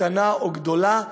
קטנה או גדולה.